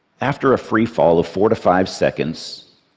after a free fall of four to five seconds,